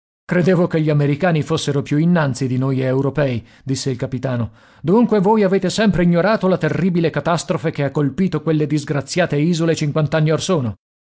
credevo che gli americani fossero più innanzi di noi europei disse il capitano dunque voi avete sempre ignorato la terribile catastrofe che ha colpito quelle disgraziate isole